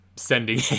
sending